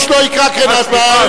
איש לא יקרא קריאת ביניים,